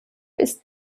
ist